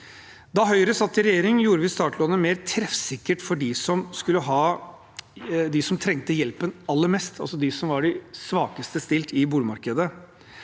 Da Høyre satt i regjering, gjorde vi startlånet mer treffsikkert for dem som trengte hjelpen aller mest, altså de som var svakest stilt i boligmarkedet.